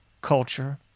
culture